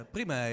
Prima